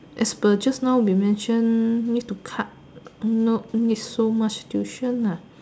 is the just now we mention need to cut no need so much tuition lah